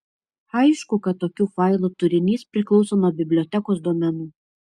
aišku kad tokių failų turinys priklauso nuo bibliotekos duomenų